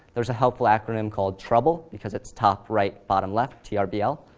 there's a helpful acronym called trouble, because it's top, right, bottom, left, t r b l.